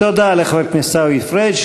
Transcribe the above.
תודה לחבר הכנסת עיסאווי פריג'.